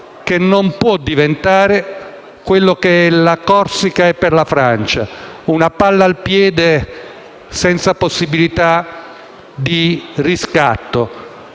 che non può diventare quello che la Corsica è per la Francia: una palla al piede senza possibilità di riscatto.